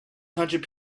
hundred